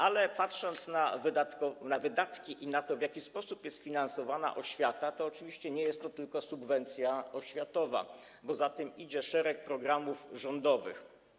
Ale patrząc na wydatki i na to, w jaki sposób jest finansowana oświata, to oczywiście nie jest to tylko subwencja oświatowa, bo za tym idzie szereg programów rządowych.